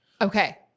okay